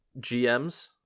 gms